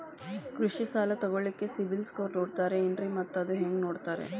ಕೃಷಿ ಸಾಲ ತಗೋಳಿಕ್ಕೆ ಸಿಬಿಲ್ ಸ್ಕೋರ್ ನೋಡ್ತಾರೆ ಏನ್ರಿ ಮತ್ತ ಅದು ಹೆಂಗೆ ನೋಡ್ತಾರೇ?